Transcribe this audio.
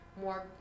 more